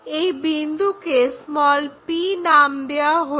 এই বিন্দুকে p নাম দেওয়া হলো